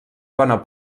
bona